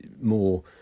more